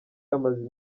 amaze